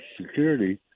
Security